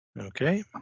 Okay